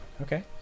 okay